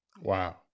Wow